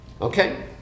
Okay